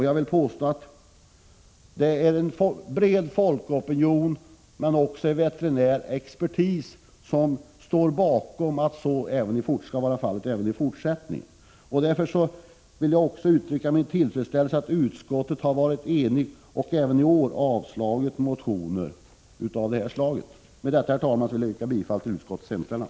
Jag vill påstå att en bred folkopinion, men också veterinär expertis, står bakom uppfattningen att så skall vara fallet även i fortsättningen. Därför vill jag uttrycka min tillfredsställelse över att utskottet har varit enigt och även i år avstyrkt motioner av det här slaget. Med detta, herr talman, vill jag yrka bifall till utskottets hemställan.